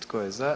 Tko je za?